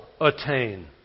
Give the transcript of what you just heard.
attain